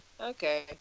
Okay